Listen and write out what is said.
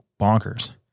bonkers